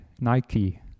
Nike